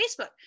Facebook